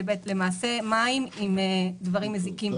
זה למעשה מים עם דברים מזיקים בפנים.